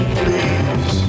please